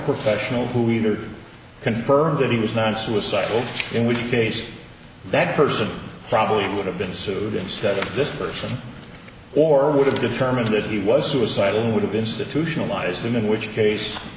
professional who either confirmed that he was not suicidal in which case that person probably would have been sued instead of this person or would have determined that he was suicidal and would have institutionalized them in which case